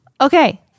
okay